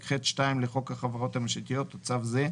ח2 לחוק החברות הממשלתיות או צו זה,